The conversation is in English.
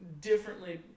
differently